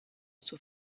zur